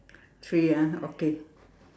three ah okay